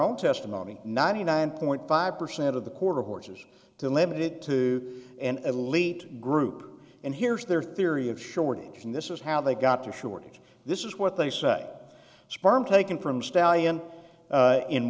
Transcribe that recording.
own testimony ninety nine point five percent of the quarter horses to limit it to an elite group and here's their theory of shortage and this is how they got to shortage this is what they say sperm taken from